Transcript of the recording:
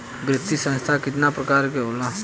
वित्तीय संस्था कितना प्रकार क होला?